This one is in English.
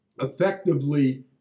effectively